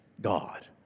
God